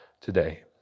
today